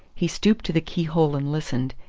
he stooped to the key-hole and listened,